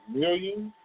millions